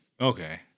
okay